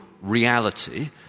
reality